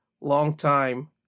longtime